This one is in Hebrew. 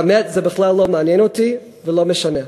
האמת, זה בכלל לא מעניין אותי, וזה לא משנה.